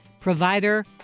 provider